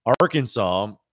Arkansas